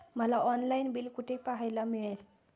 मला online bill कुठे पाहायला मिळेल?